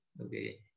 Okay